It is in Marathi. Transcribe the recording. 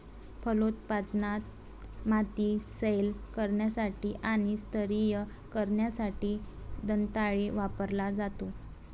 फलोत्पादनात, माती सैल करण्यासाठी आणि स्तरीय करण्यासाठी दंताळे वापरला जातो